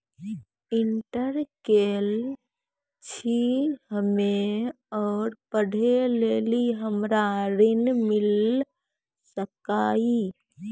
Inter केल छी हम्मे और पढ़े लेली हमरा ऋण मिल सकाई?